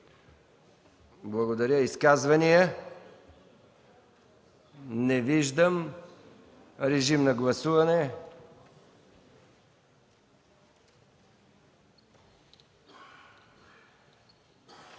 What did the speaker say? Благодаря. Изказвания? Не виждам. Режим на гласуване. Гласували